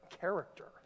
character